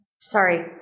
Sorry